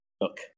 look